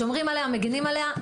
שומרים עליה ומגנים עליה.